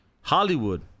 Hollywood